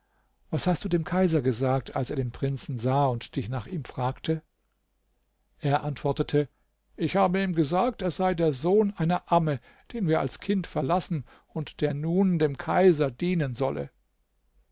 was hast du dem kaiser gesagt als er den prinzen sah und dich nach ihm fragte er antwortete ich habe ihm gesagt er sei der sohn einer amme den wir als kind verlassen und der nun dem kaiser dienen solle